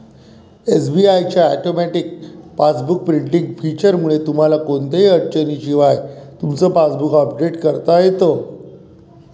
SBI च्या automatic passbook printing फीचरमुळे तुम्हाला कोणत्याही अडचणीशिवाय तुमचं पासबुक अपडेट करता येतं